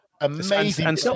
Amazing